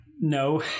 No